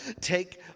take